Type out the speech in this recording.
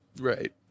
Right